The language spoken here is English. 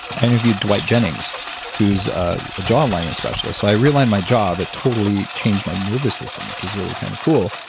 i interviewed dwight jennings who is a jaw alignment specialist. so i realigned my jaw that totally changed my nervous system which was really kind of cool.